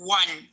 one